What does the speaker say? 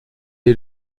est